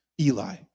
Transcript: Eli